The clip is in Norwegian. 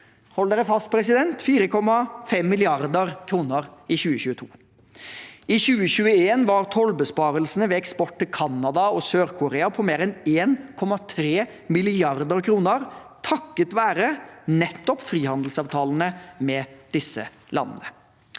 hold deg fast, president! – til 4,5 mrd. kr i 2022. I 2021 var tollbesparelsene ved eksport til Canada og Sør-Korea på mer enn 1,3 mrd. kr, takket være nettopp frihandelsavtalene med disse landene.